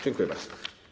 Dziękuję bardzo.